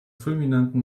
fulminanten